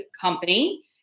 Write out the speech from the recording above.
company